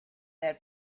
that